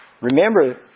Remember